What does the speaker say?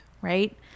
right